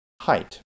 height